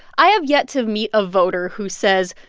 i have yet to meet a voter who says,